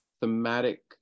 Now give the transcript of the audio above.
thematic